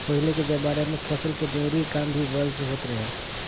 पहिले के जमाना में फसल के दवरी के काम भी बैल से होत रहे